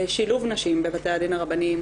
שילוב נשים בבתי הדין הרבניים,